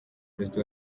perezida